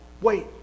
Wait